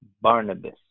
Barnabas